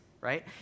right